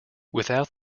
without